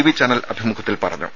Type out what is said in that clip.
V channel അഭിമുഖത്തിൽ പറഞ്ഞു